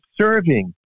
serving